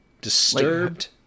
Disturbed